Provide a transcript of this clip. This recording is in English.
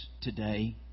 today